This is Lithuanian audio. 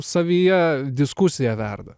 savyje diskusija verda